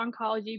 oncology